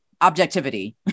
objectivity